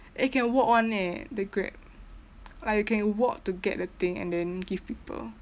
eh can walk [one] eh the grab like you can walk to get the thing and then give people